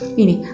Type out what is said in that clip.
ini